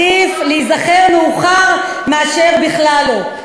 עדיף להיזכר מאוחר מאשר בכלל לא.